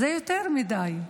זה יותר מדי.